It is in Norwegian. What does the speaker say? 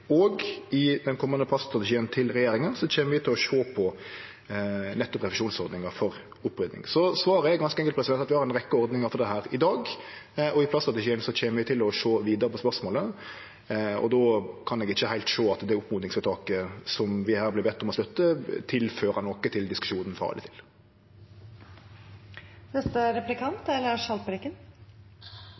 I den komande plaststrategien til regjeringa kjem vi til å sjå på nettopp refusjonsordninga for opprydding. Så svaret er ganske enkelt at vi har ei rekkje ordningar for dette i dag, og i plaststrategien kjem vi til å sjå vidare på spørsmålet. Då kan eg ikkje heilt sjå at det oppmodingsvedtaket som vi her vert bedt om å støtte, tilfører noko til diskusjonen. I dag er